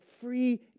free